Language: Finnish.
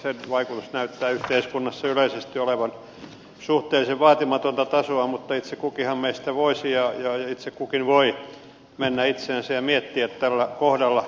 se vaikutus näyttää yhteiskunnassa yleisesti olevan suhteellisen vaatimatonta tasoa mutta itse kukinhan meistä voisi ja itse kukin voi mennä itseensä ja miettiä tällä kohdalla